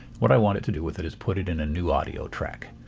what i want it to do with it is put it in a new audio track.